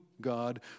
God